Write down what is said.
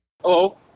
Hello